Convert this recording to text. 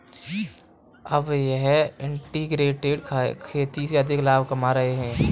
अब वह इंटीग्रेटेड खेती से अधिक लाभ कमा रहे हैं